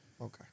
okay